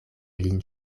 lin